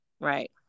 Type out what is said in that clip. Right